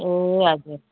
ए हजुर